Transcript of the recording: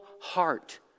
heart